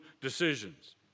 decisions